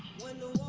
when the